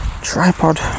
tripod